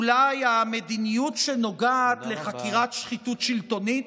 אולי המדיניות שנוגעת לחקירת שחיתות שלטונית?